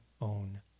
own